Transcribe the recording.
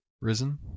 Risen